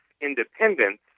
independence